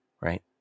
right